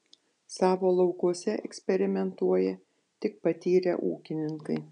savo laukuose eksperimentuoja tik patyrę ūkininkai